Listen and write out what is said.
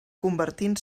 convertint